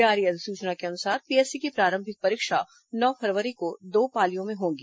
जारी अधिसूचना के अनुसार पीएससी की प्रारंभिक परीक्षा नौ फरवरी को दो पालियों में होगी